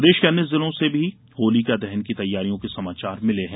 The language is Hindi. प्रदेश के अन्य जिलों से भी होलिका दहन की तैयारियों के समाचार मिले हैं